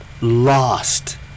lost